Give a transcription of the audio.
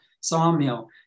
sawmill